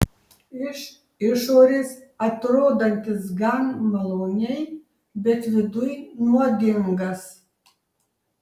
iš išorės atrodantis gan maloniai bet viduj nuodingas